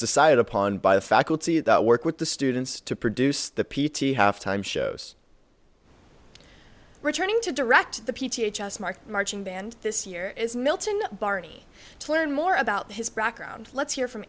decided upon by the faculty that work with the students to produce the p t halftime shows returning to direct the p t a just mark marching band this year is milton barney to learn more about his background let's hear from